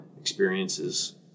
experiences